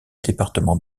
département